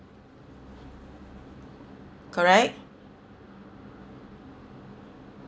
correct